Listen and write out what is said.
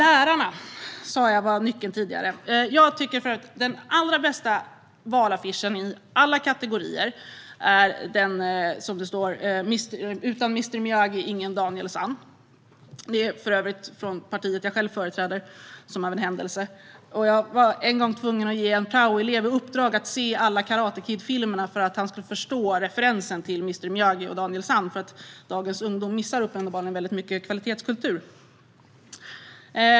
Jag sa tidigare att lärarna är nyckeln. Jag tycker att den allra bästa valaffischen i alla kategorier är den där det står "Utan mr Miyagi ingen Daniel-san". Som av en händelse har det parti som jag själv företräder haft just denna affisch. En gång var jag tvungen att ge en praoelev i uppdrag att se alla Karate Kid filmerna för att han skulle förstå referensen till mr Miyagi och Daniel-san. Dagens ungdom missar uppenbarligen mycket kvalitetskultur.